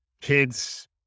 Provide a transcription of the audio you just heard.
kids